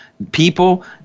People